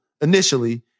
initially